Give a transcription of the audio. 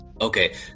Okay